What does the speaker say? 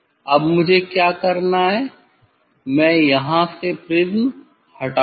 अब मुझे क्या करना है मैं यहां से प्रिज्म हटाऊँगा